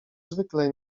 zwykle